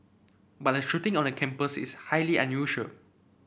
but a shooting on a campus is highly unusual